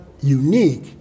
unique